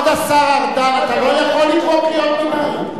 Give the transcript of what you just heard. כבוד השר ארדן, אתה לא יכול לקרוא קריאות ביניים.